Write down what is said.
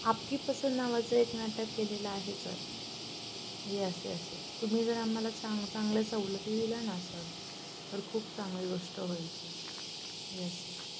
आपकी पसंद नावाचं एक नाटक केलेलं आहे सर येस येस येस तुम्ही जर आम्हाला चांग चांगल्या सवलती दिल्या ना सर तर खूप चांगली गोष्ट होईल सर येस येस